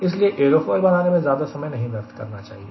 इसलिए एयरोफॉयल बनाने में ज्यादा समय नहीं व्यर्थ करना चाहिए